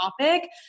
topic